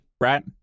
Right